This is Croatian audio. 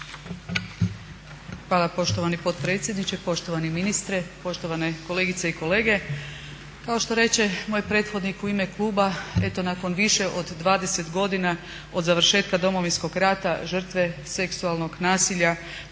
Hvala poštovani potpredsjedniče. Poštovani ministre, poštovane kolegice i kolege. Kao što reče moj prethodnik u ime kluba eto nakon više od 20 godina od završetka Domovinskog rata žrtve seksualnog nasilja